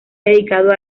dedicado